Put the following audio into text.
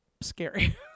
scary